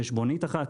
חשבונית אחת,